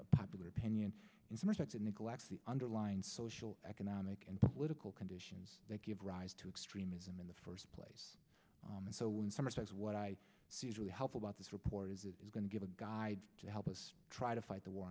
lacks popular opinion in some respects it neglects the underlying social economic and political conditions that give rise to extremism in the first place and so when someone says what i really help about this report is it is going to give a guide to help us try to fight the war